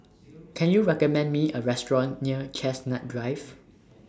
Can YOU recommend Me A Restaurant near Chestnut Drive